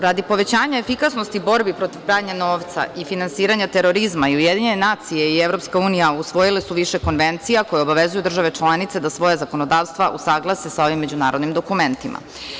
Radi povećanja efikasnosti borbi protiv pranja novca i finansiranja terorizma i UN i EU usvojile su više konvencija koje obavezuju države članice da svoja zakonodavstva usaglase sa ovim međunarodnim dokumentima.